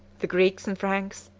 the greeks and franks,